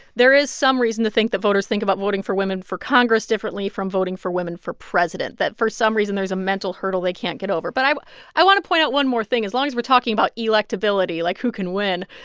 there is some reason to think that voters think about voting for women for congress differently from voting for women for president, that for some reason, there's a mental hurdle they can't get over. but i but i want to point out one more thing as long as we're talking about electability, like, who can win.